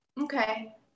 okay